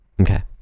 Okay